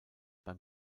beim